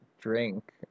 drink